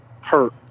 hurt